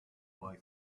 boy